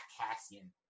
Cassian